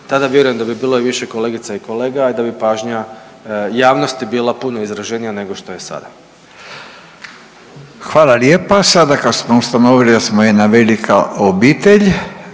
tada vjerujem da bi bilo i više kolegica i kolega i da bi pažnja javnosti bila puno izraženija nego što je sada. **Radin, Furio (Nezavisni)** Hvala lijepa. Sada kad smo ustanovili da smo jedna velika obitelj